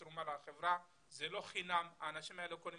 זאת תרומה לחברה, זה לא חינם, האנשים האלה קונים